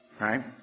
right